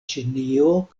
ĉinio